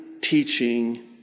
teaching